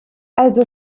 also